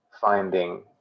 finding